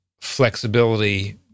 flexibility